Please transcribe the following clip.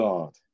God